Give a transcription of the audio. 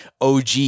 OG